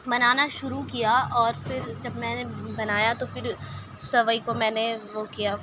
بنانا شروع کیا اور پھر جب میں نے بنایا تو پھر سوئی کو میں نے وہ کیا